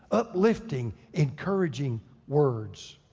uplifting, encouraging words.